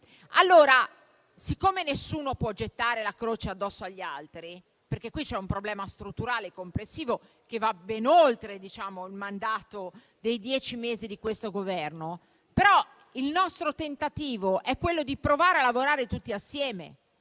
è accaduto. Nessuno può gettare la croce addosso agli altri, perché qui c'è un problema strutturale complessivo che va ben oltre il mandato dei dieci mesi di questo Governo. Il nostro tentativo, però, è provare a lavorare tutti assieme,